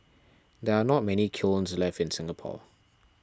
there are not many kilns left in Singapore